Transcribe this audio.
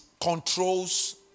controls